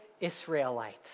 Israelites